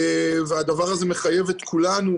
והדבר הזה מחייב את כולנו,